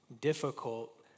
difficult